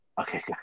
Okay